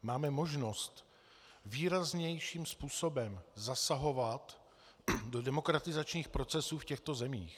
Máme možnost výraznějším způsobem zasahovat do demokratizačních procesů v těchto zemích.